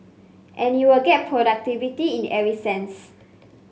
and you would get productivity in every sense